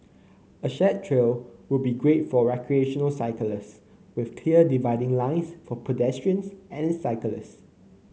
a shared trail would be great for recreational cyclists with clear dividing lines for pedestrians and cyclists